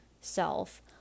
self